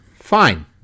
Fine